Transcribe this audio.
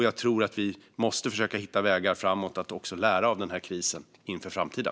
Jag tror också att vi måste försöka hitta vägar att lära av den här krisen inför framtiden.